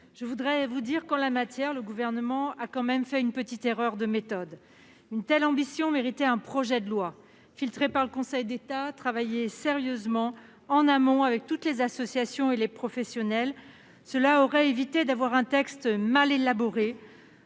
Je voudrais vous dire qu'en la matière, le Gouvernement a tout de même fait une petite erreur de méthode. Une telle ambition méritait un projet de loi, « filtré » par le Conseil d'État et travaillé sérieusement en amont avec toutes les associations et les professionnels. Cela nous aurait évité de nous trouver face à un texte mal élaboré,